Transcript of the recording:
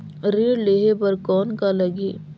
ऋण लेहे बर कौन का लगही?